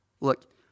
Look